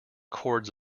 cords